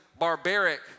barbaric